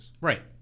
Right